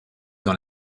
dans